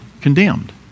condemned